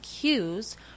cues